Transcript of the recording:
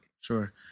Sure